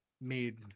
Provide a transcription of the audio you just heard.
made